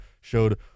showed